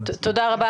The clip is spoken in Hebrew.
בבקשה.